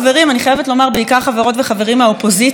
בעיקר חברות וחברים מהאופוזיציה אני פה רואה,